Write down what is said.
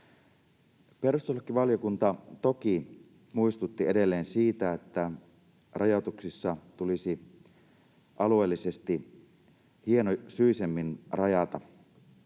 Perustuslakivaliokunta toki muistutti edelleen siitä, että rajoituksissa tulisi alueellisesti hienosyisemmin rajata